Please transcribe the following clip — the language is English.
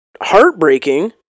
heartbreaking